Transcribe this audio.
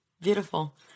beautiful